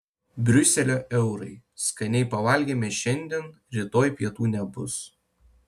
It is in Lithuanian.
briuselio eurai skaniai pavalgėme šiandien rytoj pietų nebus